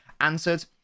answered